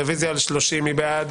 רביזיה על 27. מי בעד?